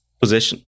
position